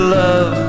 love